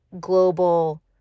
global